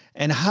and how,